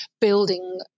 building